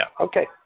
Okay